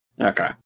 Okay